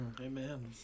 amen